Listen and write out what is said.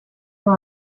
wenn